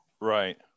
Right